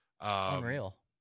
Unreal